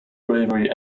bravery